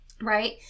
right